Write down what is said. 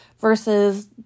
versus